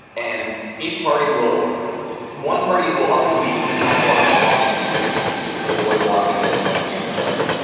and each party will one party will often leave the sidewalk and walk in the street to avoid walking within ten feet of each other.